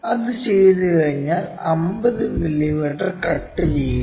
അത് ചെയ്തുകഴിഞ്ഞാൽ 50 millimetre cut ചെയ്യുക